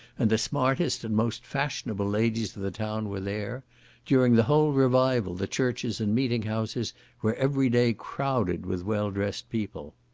and the smartest and most fashionable ladies of the town were there during the whole revival the churches and meeting-houses were every day crowded with well dressed people.